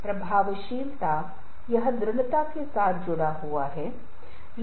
इसलिए यदि आवश्यक हो तो स्थिति की मांग करने पर हम इस प्रकार की शैली का भी उपयोग कर सकते हैं